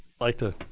like to